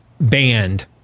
banned